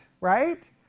right